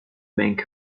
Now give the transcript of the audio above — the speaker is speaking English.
bank